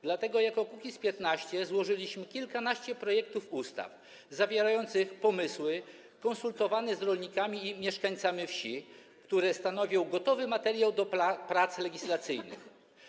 Dlatego jako Kukiz’15 złożyliśmy kilkanaście projektów ustaw zawierających pomysły konsultowane z rolnikami i mieszkańcami wsi, które stanowią gotowy materiał do prac legislacyjnych.